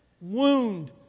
wound